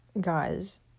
guys